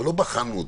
אבל לא בחנו אותם,